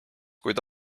kuid